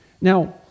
Now